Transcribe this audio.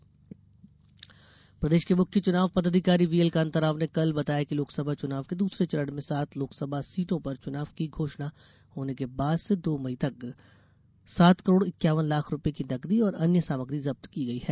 लोकसभा नकदी प्रदेष के मुख्य चुनाव पदाधिकारी वीएल कान्ता राव ने कल बताया कि लोकसभा चुनाव के दूसरे चरण में सात लोकसभा सीटों पर चुनाव की घोषणा होने के बाद से दो मई तक सात करोड़ इक्यावन लाख रूपए की नकदी और अन्य सामग्री जप्त की गई है